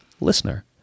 listener